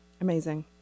Amazing